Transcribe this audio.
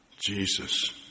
Jesus